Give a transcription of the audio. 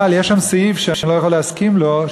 אבל יש שם סעיף שאני לא יכול להסכים לו,